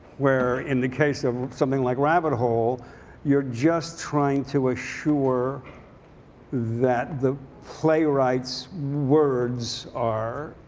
where in the case of something like rabbit hole you're just trying to assure that the playwright's words are